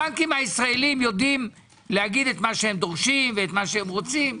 הבנקים הישראליים יודעים לומר את מה שהם רוצים ודורשים.